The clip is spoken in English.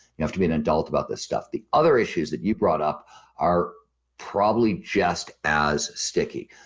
you have to be an adult about this stuff the other issues that you brought up are probably just as sticky.